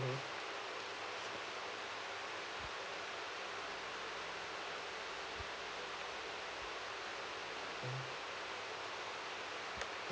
mmhmm